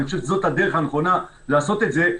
אני חושב שזאת הדרך הנכונה לעשות את זה,